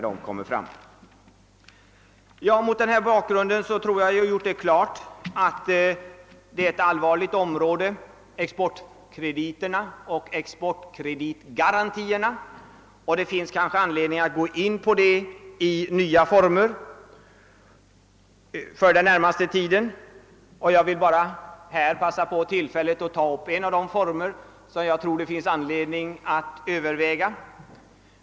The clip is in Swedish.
Jag tror att jag härmed klargjort att exportkrediterna och exportkreditgarantierna är allvarliga frågor, och det finns kanske anledning att inom den närmaste tiden överväga nya former. Jag vill bara passa på tillfället att här nämna ett par av de former som jag tror det finns anledning pröva.